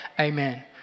Amen